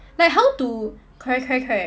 like how to correct correct correct